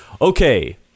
okay